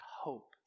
hope